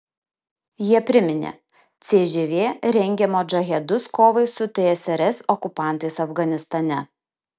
jie priminė cžv rengė modžahedus kovai su tsrs okupantais afganistane